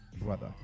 brother